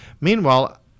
Meanwhile